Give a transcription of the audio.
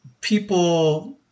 people